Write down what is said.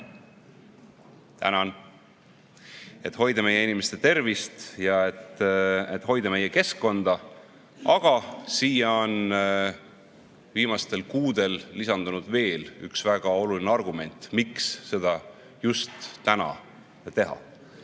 Tänan! Et hoida meie inimeste tervist ja hoida meie keskkonda, aga siia on viimastel kuudel lisandunud veel üks väga oluline argument, miks seda just täna